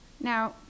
Now